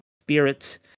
spirit